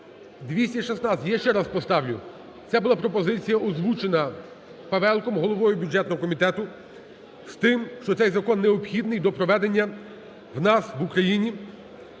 За-216 Я ще раз поставлю. Це була пропозиція, озвучена Павелком, головою бюджетного комітету, з тим, що цей закон необхідний до проведення у нас в Україні